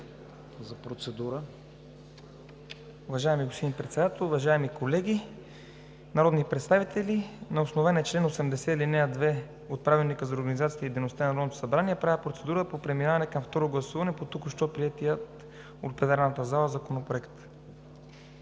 АПОСТОЛОВ: Уважаеми господин Председател, уважаеми колеги народни представители! На основание чл. 80, ал. 2 от Правилника за организацията и дейността на Народното събрание правя процедура по преминаване към второ гласуване по току-що приетия от пленарната зала законопроект.